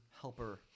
helper